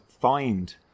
find